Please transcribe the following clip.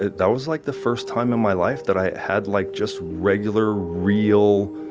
that that was like the first time in my life that i had like just regular, real,